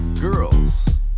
girls